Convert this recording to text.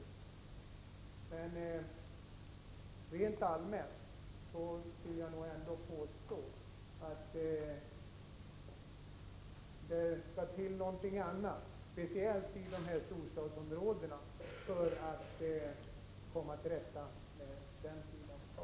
Men rent allmänt vill jag nog ändå påstå att det skall till någonting annat, speciellt i storstadsområdena, för att man skall kunna komma till rätta med det här problemet.